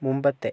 മുൻപത്തെ